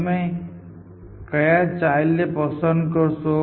તમે કયા ચાઈલ્ડ ને પસંદ કરશો